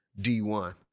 D1